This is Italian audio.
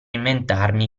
inventarmi